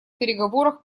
переговорах